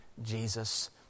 Jesus